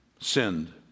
sinned